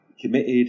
committed